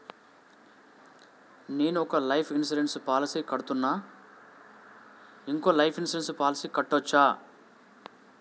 నేను ఒక life insurance policy కడ్తున్నా, ఇంకో లైఫ్ ఇన్సూరెన్స్ పాలసీ కట్టొచ్చా?